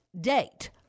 date